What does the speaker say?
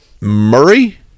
Murray